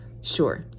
Sure